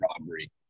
robbery